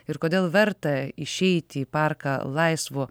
ir kodėl verta išeiti į parką laisvu